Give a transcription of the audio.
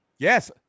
Yes